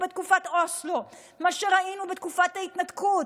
בתקופת אוסלו ולמה שראינו בתקופת ההתנתקות.